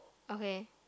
okay